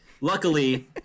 luckily